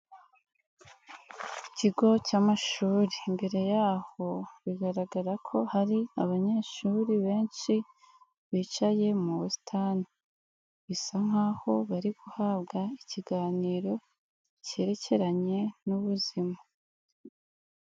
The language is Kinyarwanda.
Ikigo cy'amashuri mbere y'aho bigaragara ko hari abanyeshuri benshi bicaye mu busitani, bisa nk'aho bari guhabwa ikiganiro kerekeranye n'ubuzima.